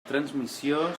transmissió